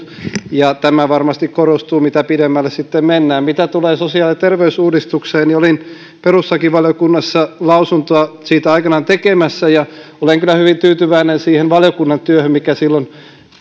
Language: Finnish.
ja tämä varmasti korostuu mitä pidemmälle sitten mennään mitä tulee sosiaali ja terveysuudistukseen niin olin perustuslakivaliokunnassa lausuntoa siitä aikoinaan tekemässä ja olen kyllä hyvin tyytyväinen siihen valiokunnan työhön mikä silloin